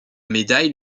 médaille